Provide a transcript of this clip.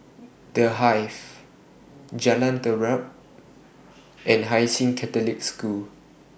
The Hive Jalan Terap and Hai Sing Catholic School